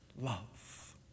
love